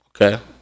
Okay